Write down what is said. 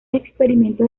experimento